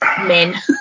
men